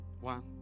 One